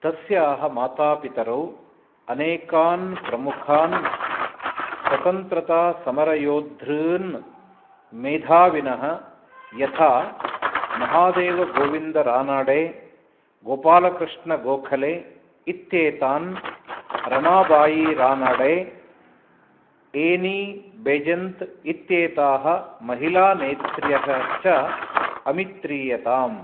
तस्याः मातापितरौ अनेकान् प्रमुखान् स्वतन्त्रता समरयोद्धॄन् मेधाविनः यथा महादेव गोविन्द रानाडे गोपालकृष्णगोखले इत्येतान् रमाबायि रानाडे एनी बेजन्त् इत्येताः महिलानेत्र्यः च अमित्रीयताम्